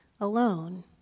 alone